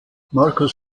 markus